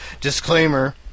Disclaimer